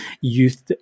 Youth